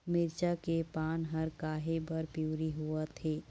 मिरचा के पान हर काहे बर पिवरी होवथे?